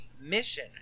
mission